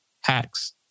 hacks